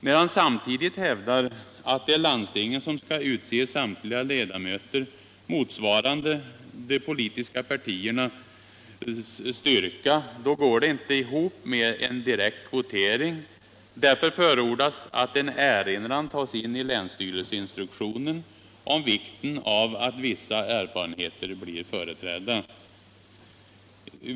När man samtidigt hävdar att det är landstingen som skall utse samtliga ledamöter motsvarande de politiska partiernas styrka, går det inte ihop med en direkt kvotering. Därför förordas att en erinran tas in i länsstyrelseinstruktionen om vikten av att vissa erfarenheter blir företrädda.